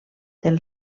del